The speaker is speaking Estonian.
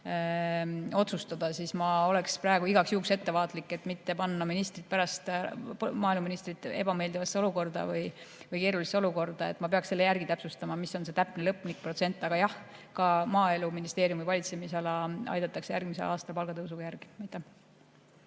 otsustada, siis ma olen praegu igaks juhuks ettevaatlik, et mitte panna maaeluministrit ebameeldivasse või keerulisse olukorda. Ma peaksin täpsustama, mis on see täpne lõplik protsent. Aga jah, ka Maaeluministeeriumi valitsemisala aidatakse järgmisel aastal palgatõusuga järgi.